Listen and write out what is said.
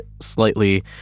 slightly